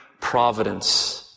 providence